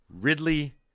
Ridley